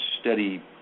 steady